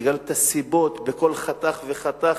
לגלות את הסיבות בכל חתך וחתך,